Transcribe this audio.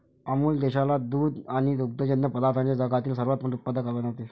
अमूल देशाला दूध आणि दुग्धजन्य पदार्थांचे जगातील सर्वात मोठे उत्पादक बनवते